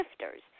shifters